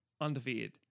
undefeated